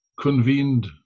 convened